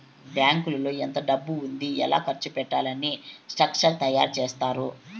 బ్యాంకులో ఎంత డబ్బు ఉంది ఎలా ఖర్చు పెట్టాలి అని స్ట్రక్చర్ తయారు చేత్తారు